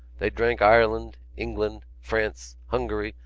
they drank ireland, england, france, hungary,